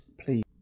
please